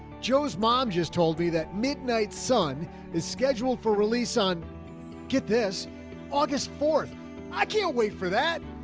joe's mom just told me that midnight sun is scheduled for release on get this august fourth i can't wait for that.